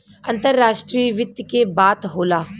अंतराष्ट्रीय वित्त के बात होला